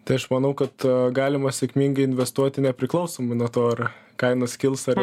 tai aš manau kad galima sėkmingai investuoti nepriklausomai nuo to ar kainos kils ar